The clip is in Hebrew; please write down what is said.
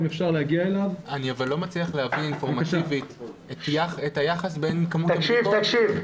אני לא מצליח להבין אינפורמטיבית את היחס בין כמות הבדיקות.